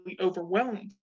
overwhelmed